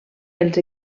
els